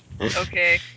okay